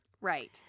Right